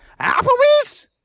Applebee's